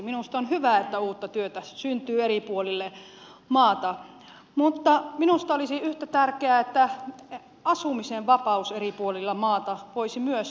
minusta on hyvä että uutta työtä syntyy eri puolille maata mutta minusta olisi yhtä tärkeää että asumisen vapaus eri puolilla maata voisi myös toteutua